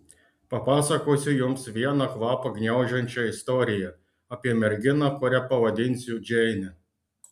papasakosiu jums vieną kvapą gniaužiančią istoriją apie merginą kurią pavadinsiu džeine